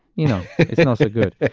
you know, it's not so good.